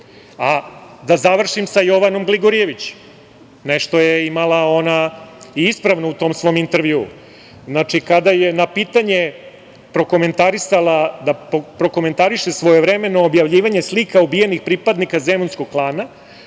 završim sa Jovanom Gligorijević. Nešto je imala ona i ispravno u tom svom intervjuu. Znači, kada je na pitanje da prokomentariše svojevremeno objavljivanje slika ubijenih pripadnika Zemunskog klana,